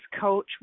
coach